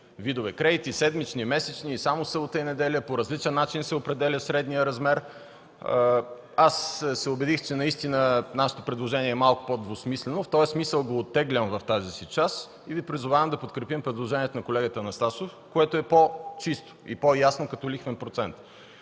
видове кредити – седмични, месечни, само събота и неделя, по различен начин се определя средният размер, убедих се, че наистина нашето предложение е малко по-двусмислено. В този смисъл го оттеглям в тази си част и Ви призовавам да подкрепим предложението на колегата Анастасов, което е по-чисто и ясно като лихвен процент.